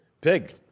Pig